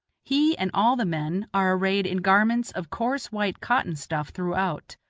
he and all the men are arrayed in garments of coarse white cotton stuff throughout,